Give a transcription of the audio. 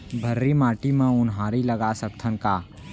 भर्री माटी म उनहारी लगा सकथन का?